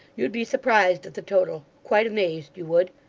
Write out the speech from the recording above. you'd be surprised at the total quite amazed, you would.